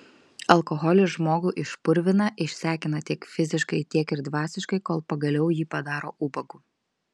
alkoholis žmogų išpurvina išsekina tiek fiziškai tiek ir dvasiškai kol pagaliau jį padaro ubagu